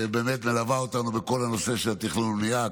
שבאמת מלווה אותנו בכל הנושא של תכנון ובנייה,